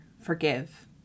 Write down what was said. forgive